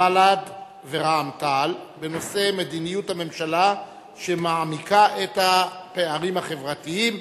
בל"ד ורע"ם-תע"ל בנושא: מדיניות הממשלה שמעמיקה את הפערים החברתיים.